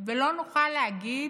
ולא נוכל להגיד: